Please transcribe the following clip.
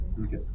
Okay